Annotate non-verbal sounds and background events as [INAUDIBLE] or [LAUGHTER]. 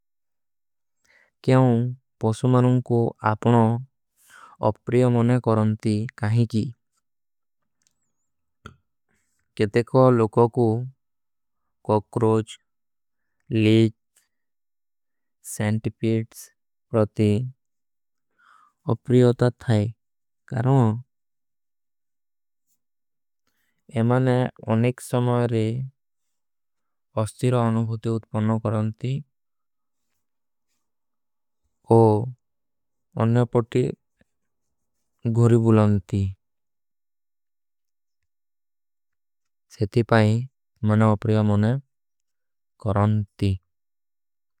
କ୍ଯୋଂ ପାସୁମରୁଂ କୋ ଆପନା ଅପ୍ପ୍ରିଯ ମନେ କରନତୀ କାହିକୀ। [HESITATION] କେଦେ କୋ ଲୋଗୋଂ କୋ କୋକ୍ରୋଜ ଲେଟ। ସେଂଟିପେଟ୍ସ ପ୍ରତେ ଅପ୍ପ୍ରିଯତା ଥାଈ କରଣ। [HESITATION] ଏମାନେ ଅନେକ ସମାଯରେ ଅସ୍ତିରା ଅନୁଭୁତେ। [HESITATION] ଉତ୍ପନା କରନତୀ ଓ ଅନୁଭୁତେ ଗୋରୀ ବୁଲନତୀ ସେତି ପାଈ। ମନା ଅପ୍ରିଯା ମନେ [HESITATION] କରନତୀ।